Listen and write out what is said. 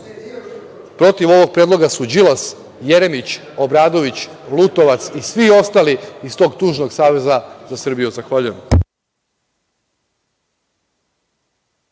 Protiv ovog predloga su Đilas, Jeremić, Obradović, Lutovac i svi ostali iz tog tužnog Saveza za Srbiju. Zahvaljujem.